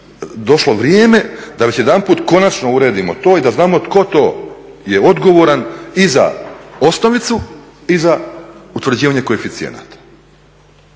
došlo vrijeme da već jedanput konačno uredimo to i da znamo tko to je odgovoran i za osnovicu i za utvrđivanje koeficijenata.